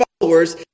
followers